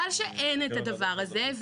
שאין את הדבר הזה,